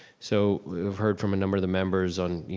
so we've heard from a number of the members on you